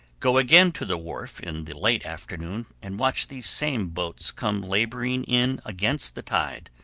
go again to the wharf in the late afternoon, and watch these same boats come laboring in against the tide,